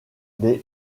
des